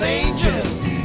angels